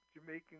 Jamaican